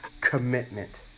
commitment